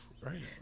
Right